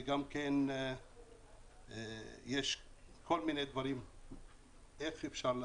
וגם כן יש כל מיני דברים איך אפשר,